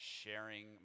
sharing